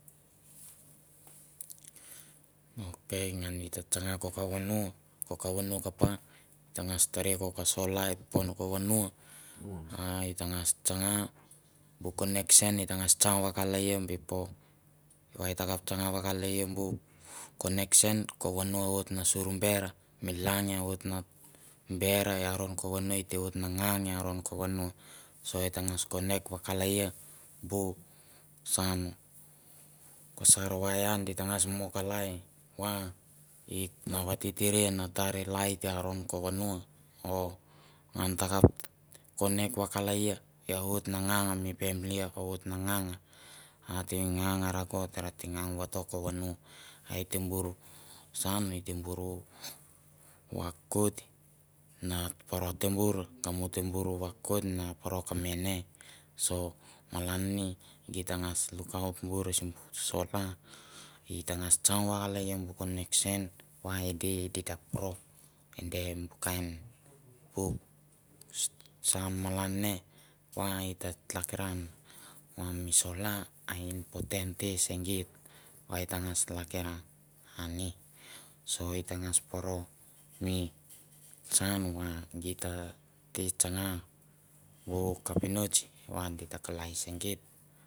Ok ngan i ta tsanga ko ka vono, ko ka vono kapa i tangas tere ko ka salor i pon ko vono a i ta ngas tsanga bu connection i tangas tsang vakalaia before, va i takap tsanga vakalaia bu connection, ko vono o oit na suruber mi lang a oit na ber i aron ko vono, a e te oit na ngang i aron ko vono. So e tangas connect vakalaia bu saun, ko sar wire di tangas mo kalai va it na va titiri na tari lait i aron ko vono o ngan takap connect vakalaia o oit na ngang mi pamili a oit na ngang. A te ngang rakot ate ngang vato ko vono, a e te bor saun e te bor vakoit no poro tembur nga mu tembur vakoit na poro ka mene. Malan ni git tangas lukaut bur sim bu solar i tangas tsang vakalaia bu connection va edi di kap pro ade bu kain puk saun malan ne va i ta tlakiran va mi solar a important te se geit va e tangas lakiran ani so i tangas poro mi saunu va di ta le tsanga kovo kapinots va di ta kalai se geit.